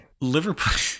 Liverpool